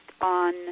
on